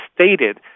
stated